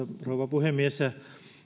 puhemies